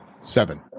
seven